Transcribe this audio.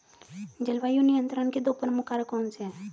जलवायु नियंत्रण के दो प्रमुख कारक कौन से हैं?